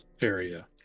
area